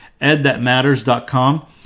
edthatmatters.com